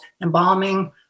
embalming